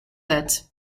that